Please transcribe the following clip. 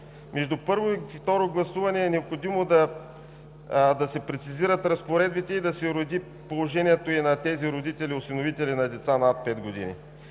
Между първо и второ гласуване е необходимо да се прецизират разпоредбите и да се уреди положението и на тези родители – осиновители на деца над 5 години.